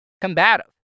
combative